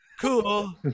cool